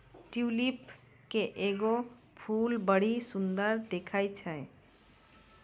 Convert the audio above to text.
tulip केरो फूल बड्डी सुंदर दिखै छै